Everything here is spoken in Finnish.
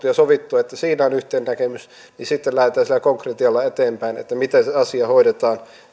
ja sovittu siinä on yhteinen näkemys niin sitten lähdetään sillä konkretialla eteenpäin että miten se asia hoidetaan